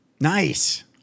Nice